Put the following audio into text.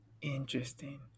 Interesting